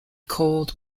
cold